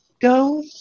go